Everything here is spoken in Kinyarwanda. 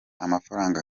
amafaranga